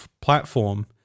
platform